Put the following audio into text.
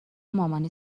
مامانی